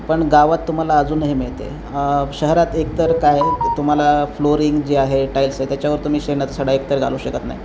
पण गावात तुम्हाला अजूनही मिळते शहरात एकतर काय आहे तुम्हाला फ्लोरिंग जे आहे टाईल्स आहे त्याच्यावर तुम्ही शेणाचा सडा एकतर घालू शकत नाही